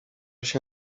się